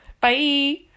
Bye